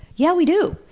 yeah, we do!